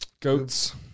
Goats